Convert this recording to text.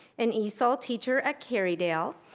an esl teacher at kerrydale,